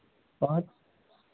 पाँच